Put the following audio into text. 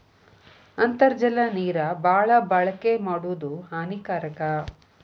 ಅಂತರ್ಜಲ ನೇರ ಬಾಳ ಬಳಕೆ ಮಾಡುದು ಹಾನಿಕಾರಕ